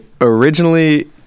originally